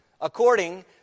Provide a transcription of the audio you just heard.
...according